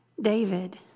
David